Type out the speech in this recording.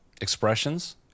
Expressions